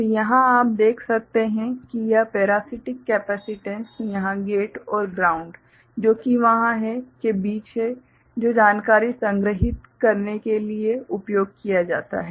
तो यहाँ आप देख सकते हैं कि यह पेरासीटिक केपेसिटेन्स यहाँ गेट और ग्राउंड जो कि वहाँ है के बीच है जो जानकारी संग्रहीत करने के लिए उपयोग किया जाता है